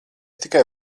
tikai